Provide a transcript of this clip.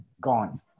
gone